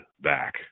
back